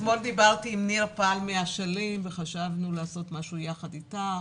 אתמול דיברתי עם ניר פאל מאשלים וחשבנו לעשות משהו יחד אתך.